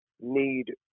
need